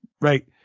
right